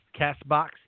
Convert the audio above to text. CastBox